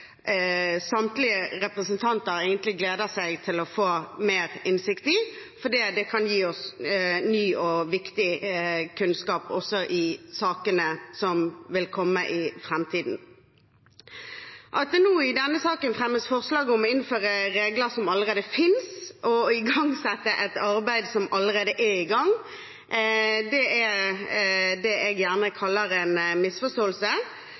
samtlige representanter egentlig gleder seg til å få mer innsikt i, fordi det kan gi oss ny og viktig kunnskap også i saker som vil komme i framtiden. At det i denne saken fremmes forslag om å innføre regler som allerede finnes, og igangsette et arbeid som allerede er i gang, er det jeg gjerne kaller en misforståelse.